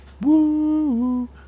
woo